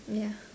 ya